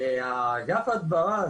ואגף הדברה,